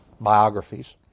biographies